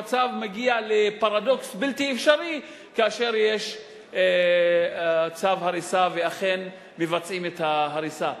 המצב מגיע לפרדוקס בלתי אפשרי כאשר יש צו הריסה ואכן מבצעים את ההריסה.